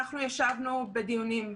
אנחנו ישבנו בדיונים במל"ל.